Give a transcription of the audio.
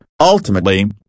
Ultimately